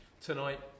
tonight